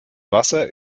wasser